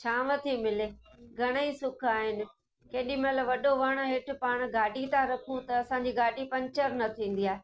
छांव थी मिले घणा ई सुख आहिनि केॾीमहिल वॾो वणु हेठि पाण गाॾी था रखूं त असांजी गाॾी पंचर न थींदी आहे